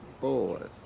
boys